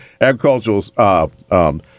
agricultural